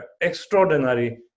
extraordinary